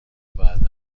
بعد